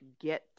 get